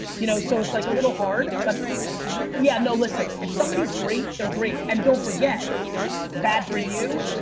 you know so it's like a little hard but yeah, no listen, if somebody's great, they're great. and don't forget bad for you,